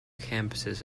campuses